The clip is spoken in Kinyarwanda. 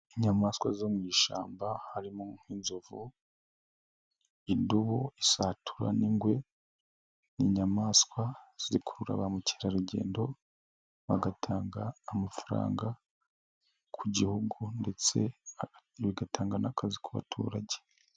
Inyamaswa zo mu ishyamba, harimo nk'inzovu, indubu, isatura n'ingwe, ni inyamaswa zikurura ba mukerarugendo, bagatanga amafaranga, ku gihugu ndetse bigatanga n'akazi ku baturage.